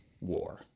war